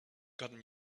gotten